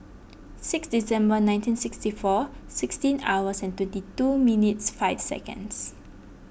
six December nineteen sixty four sixteen hours and twenty two minutes five seconds